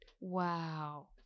Wow